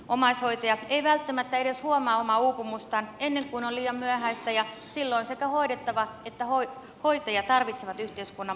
omaishoitajat eivät välttämättä edes huomaa omaa uupumustaan ennen kuin on liian myöhäistä ja silloin sekä hoidettava että hoitaja tarvitsevat yhteiskunnan palveluita